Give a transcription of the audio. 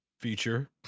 feature